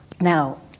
Now